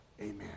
Amen